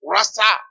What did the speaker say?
Rasta